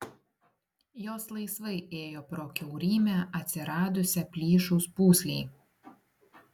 jos laisvai ėjo pro kiaurymę atsiradusią plyšus pūslei